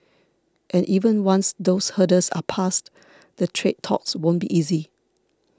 and even once those hurdles are passed the trade talks won't be easy